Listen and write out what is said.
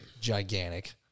gigantic